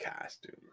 costume